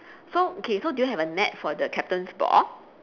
so okay so do you have a net for the captain's ball